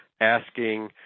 asking